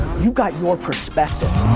you've got your perspective.